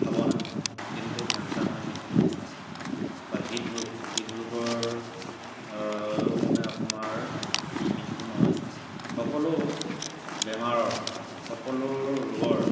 ভাৱনা কিন্তু কেঞ্চাৰ মানে মৃত্যু নহয় বা হৃদৰোগ হৃদৰোগৰ বাবেও মানে আপোনাৰ ই মৃত্যু নহয় সকলো বেমাৰৰ সকলো ৰোগৰ